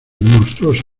monstruoso